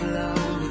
love